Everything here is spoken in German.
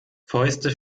fäuste